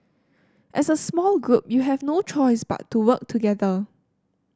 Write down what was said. as a small group you have no choice but to work together